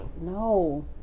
No